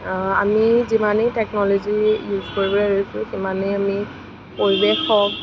আমি যিমানেই technology use কৰিবলৈ লৈছোঁ সিমানেই আমি পৰিৱেশ হওক